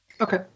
Okay